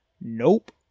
nope